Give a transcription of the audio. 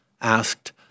asked